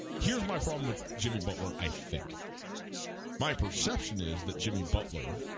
here's my problem with jimmy butler i think my perception is that jimmy butler